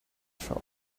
shop